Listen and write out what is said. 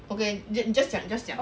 okay just 讲 just 讲